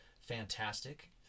fantastic